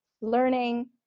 learning